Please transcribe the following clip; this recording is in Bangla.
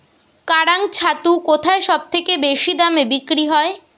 কাড়াং ছাতু কোথায় সবথেকে বেশি দামে বিক্রি হয়?